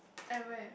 at where